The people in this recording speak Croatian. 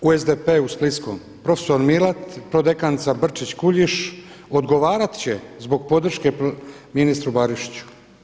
Bura u SDP-u splitskom profesor Milat, prodekanica Brčić Kuljiš odgovarat će zbog podrške ministru Barišiću.